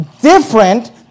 different